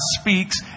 speaks